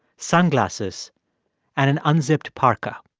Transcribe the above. sunglasses and an unzipped parka.